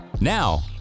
Now